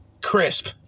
Crisp